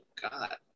God